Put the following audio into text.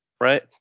right